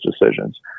decisions